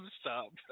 stop